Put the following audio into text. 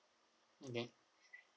okay